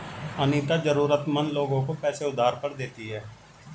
अनीता जरूरतमंद लोगों को पैसे उधार पर देती है